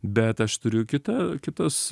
bet aš turiu kitą kitas